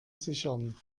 sichern